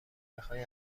بخای